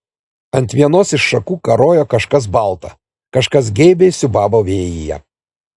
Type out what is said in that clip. ant vienos iš šakų karojo kažkas balta kažkas geibiai siūbavo vėjyje